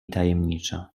tajemnicza